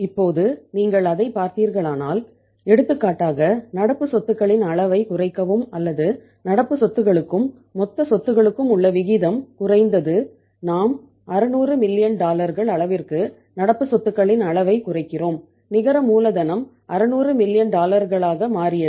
இப்போது நீங்கள் அதைப் பார்த்தீர்களானால் எடுத்துக்காட்டாக நடப்பு சொத்துகளின் அளவைக் குறைக்கவும் அல்லது நடப்பு சொத்துகளுக்கும் மொத்த சொத்துகளுக்கும் உள்ள விகிதம் குறைந்தது நாம் 600 மில்லியன் அதிகரித்தது